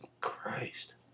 Christ